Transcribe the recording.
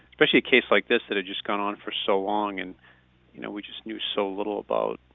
especially a case like this that had just gone on for so long and you know we just knew so little about,